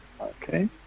Okay